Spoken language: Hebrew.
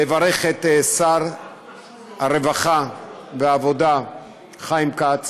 לברך את שר הרווחה והעבודה חיים כץ